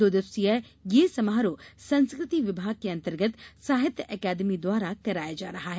दो दिवसीय यह समारोह संस्कृति विभाग के अन्तर्गत साहित्य अकादमी द्वारा कराया जा रहा है